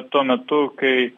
tuo metu kai